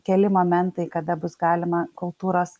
keli momentai kada bus galima kultūros